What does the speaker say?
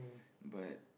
but